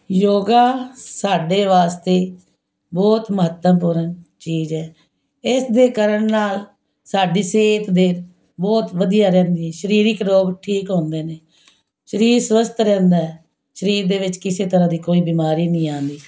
ਯੋਗਾ ਸਾਡੇ ਵਾਸਤੇ ਬਹੁਤ ਮਹੱਤਵਪੂਰਨ ਚੀਜ਼ ਹੈ ਇਸ ਦੇ ਕਰਨ ਨਾਲ ਸਾਡੀ ਸਿਹਤ ਦੇ ਬਹੁਤ ਵਧੀਆ ਰਹਿੰਦੀ ਹੈ ਸਰੀਰਿਕ ਰੋਗ ਠੀਕ ਹੁੰਦੇ ਨੇ ਸਰੀਰ ਸਵਸਥ ਰਹਿੰਦਾ ਹੈ ਸਰੀਰ ਦੇ ਵਿੱਚ ਕਿਸੇ ਤਰ੍ਹਾਂ ਦੀ ਕੋਈ ਬਿਮਾਰੀ ਨਹੀਂ ਆਉਂਦੀ